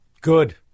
Good